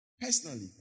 Personally